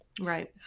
Right